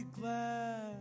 glad